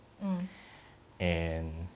and